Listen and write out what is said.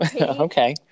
Okay